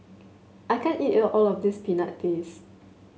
I can't eat all of this Peanut Paste